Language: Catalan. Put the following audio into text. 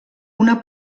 una